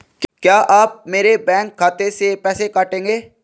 क्या आप मेरे बैंक खाते से पैसे काटेंगे?